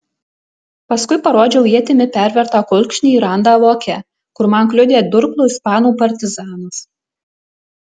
paskui parodžiau ietimi pervertą kulkšnį ir randą voke kur man kliudė durklu ispanų partizanas